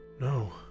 No